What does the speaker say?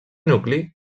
nucli